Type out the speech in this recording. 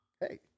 Hey